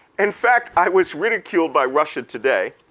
in fact, i was ridiculed by russia today,